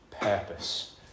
purpose